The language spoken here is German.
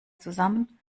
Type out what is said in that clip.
zusammen